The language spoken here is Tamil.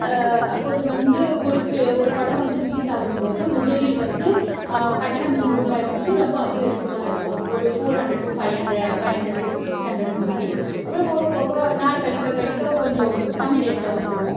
அப்போது வந்து ஒரு ஒரு படம் வந்து ரிலீஸ் ஆகும்போது முதலில் வந்து கட்டணம் ரூபாய் வந்து ரொம்ப அதிகரிக்குமா இருக்கும் ஒரு four hundred to five hundred five hundred to six hundred இந்த மாதிரி அப்புறம் போக போக நாள் கழிக்க கழிக்க கொஞ்சம் கம்மி ரேட்டில் வந்துடும்